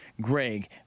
Greg